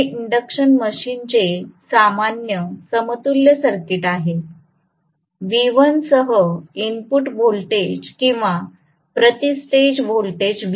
हे इंडक्शन मशीनचे सामान्य समतुल्य सर्किट आहे V1 सह इनपुट व्होल्टेज किंवा प्रति स्टेज व्होल्टेज Vs